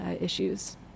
issues